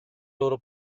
loro